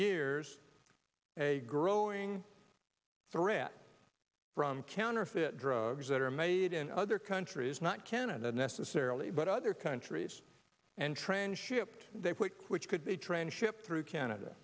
years a growing threat from counterfeit drugs that are made in other countries not canada necessarily but other countries and transshipped which could be transshipped through canada